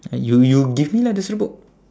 uh you you give me lah the serbuk